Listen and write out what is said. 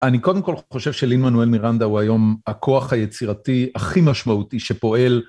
אני קודם כל חושב שלין מנואל מירנדה הוא היום הכוח היצירתי הכי משמעותי שפועל.